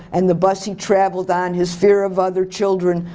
and the bus he traveled on, his fear of other children,